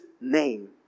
name